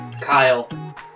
Kyle